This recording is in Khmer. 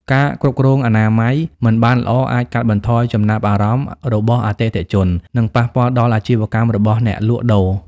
ការគ្រប់គ្រងអនាម័យមិនបានល្អអាចកាត់បន្ថយចំណាប់អារម្មណ៍របស់អតិថិជន និងប៉ះពាល់ដល់អាជីវកម្មរបស់អ្នកលក់ដូរ។